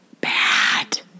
bad